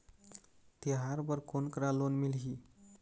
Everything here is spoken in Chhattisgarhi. तिहार बर कोन करा लोन मिलही?